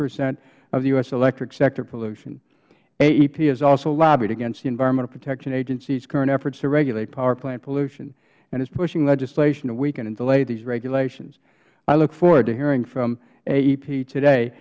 hpercent of the u s electric sector pollution aep has also lobbied against the environmental protection agency's current efforts to regulate power plant pollution and is pushing legislation to weaken and delay these regulations i look forward to hearing from aep today